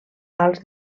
als